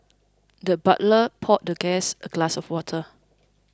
the butler poured the guest a glass of water